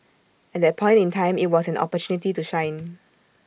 at that point in time IT was an opportunity to shine